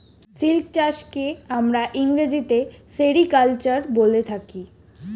silk চাষকে আমরা ইংরেজিতে সেরিকালচার বলে থাকি